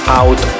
out